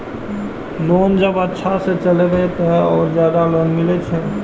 Loan जब अच्छा से चलेबे तो और ज्यादा लोन मिले छै?